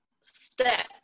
step